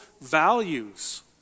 values